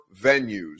venues